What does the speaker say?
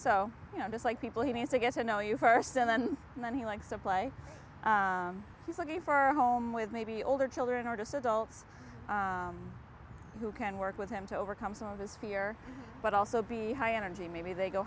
so you know just like people he needs to get to know you first and then and then he likes to play he's looking for a home with maybe older children artists adults who can work with them to overcome some of his fear but also be high energy maybe they go